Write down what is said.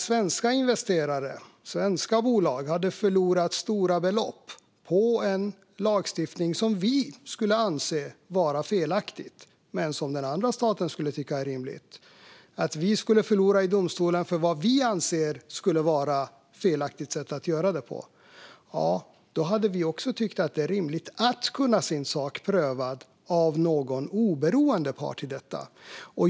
Svenska investerare, svenska bolag, skulle då ha förlorat stora belopp på grund av en lagstiftning som vi ansåg var felaktig men som den andra staten skulle tycka var rimlig. Om vi hade förlorat i domstolen på grund av något som vi ansåg var felaktigt hade vi också tyckt att det var rimligt att kunna få sin sak prövad av oberoende part.